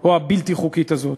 או הבלתי-חוקית הזאת.